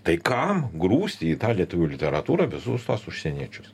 tai kam grūsti į tą lietuvių literatūrą visus tuos užsieniečius